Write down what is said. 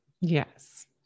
Yes